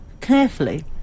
carefully